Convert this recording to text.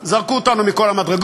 בזה עוד לא נתקלתי.